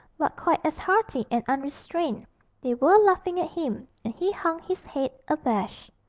but quite as hearty and unrestrained they were laughing at him, and he hung his head abashed.